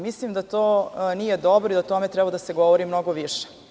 Mislim da to nije dobro i da o tome mora da se govori mnogo više.